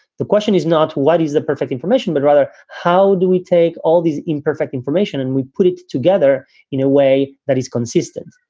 the question is not what is the perfect information, but rather how do we take all these imperfect information? and we put it together in a way that is consistent.